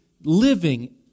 living